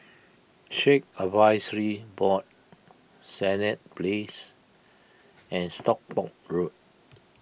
Sikh Advisory Board Senett Place and Stockport Road